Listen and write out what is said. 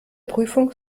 prüfung